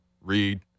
Read